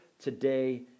today